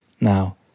Now